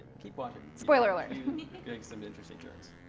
keep watching. spoiler alert. you make some interesting choices.